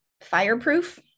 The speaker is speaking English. Fireproof